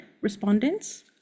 respondents